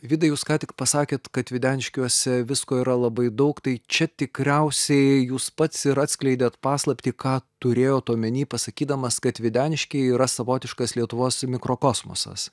vidai jūs ką tik pasakėt kad videniškiuose visko yra labai daug tai čia tikriausiai jūs pats ir atskleidėt paslaptį ką turėjot omeny pasakydamas kad videniškiai yra savotiškas lietuvos mikrokosmosas